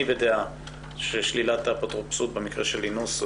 אני בדעה ששלילת האפוטרופסות במקרה של אינוס,